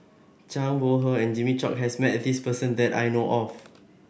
Zhang Bohe and Jimmy Chok has met this person that I know of